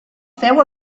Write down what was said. feu